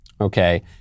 Okay